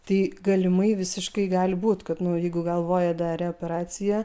tai galimai visiškai gali būt kad nu jeigu galvoja darė operaciją